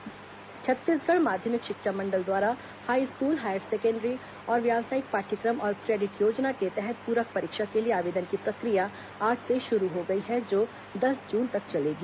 शिक्षा मंडल परीक्षा छत्तीसगढ़ माध्यमिक शिक्षा मंडल द्वारा हाईस्कूल हायर सेकेण्डरी और व्यावसायिक पाठ्यक्रम और क्रेडिट योजना के तहत पूरक परीक्षा के लिए आवेदन की प्रक्रिया आज से शुरू हो गई है जो दस जून तक चलेगी